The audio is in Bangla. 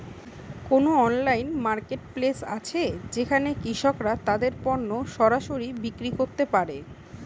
কোন অনলাইন মার্কেটপ্লেস আছে যেখানে কৃষকরা তাদের পণ্য সরাসরি বিক্রি করতে পারে?